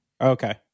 okay